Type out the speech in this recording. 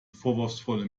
vorwurfsvolle